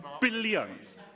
billions